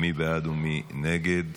מי בעד ומי נגד?